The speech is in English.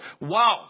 wow